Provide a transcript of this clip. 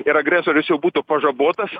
ir agresorius jau būtų pažabotas